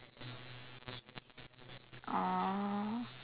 orh